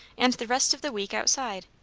and the rest of the week outside.